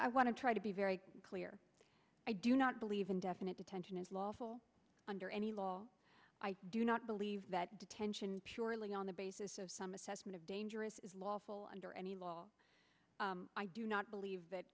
i want to try to be very clear i do not believe indefinite detention is lawful under any law i do not believe that detention purely on the basis of some assessment of dangerous is lawful under any law i do not believe that